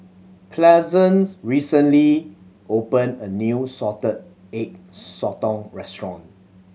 Pleasant recently opened a new Salted Egg Sotong restaurant